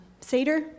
Seder